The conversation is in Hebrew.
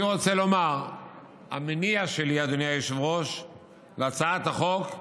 אני רוצה לומר שהמניע שלי להצעת החוק,